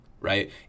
right